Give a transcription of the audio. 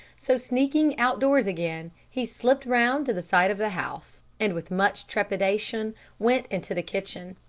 so, sneaking outdoors again, he slipped round to the side of the house, and with much trepidation went into the kitchen.